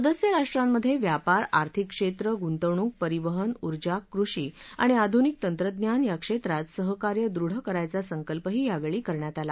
सदस्य राष्ट्रांमधे व्यापार आर्थिकक्षेत्र गुंतवणूक परिवहन उर्जा कृषी आणि आधुनिक तंत्रज्ञान या क्षेत्रात सहकार्य दृढ करायचा संकल्पही यावेळी करण्यात आला